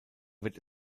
wird